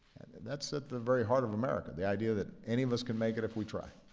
that's at the very heart of america the idea that any of us can make it if we try.